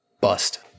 bust